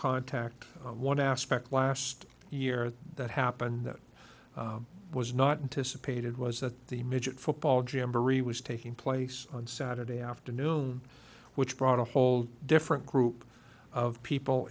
contact on one aspect last year that happened that was not anticipated was that the midget football g m barry was taking place on saturday afternoon which brought a whole different group of people